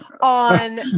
on